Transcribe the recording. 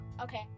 Okay